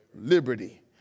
liberty